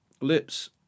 lips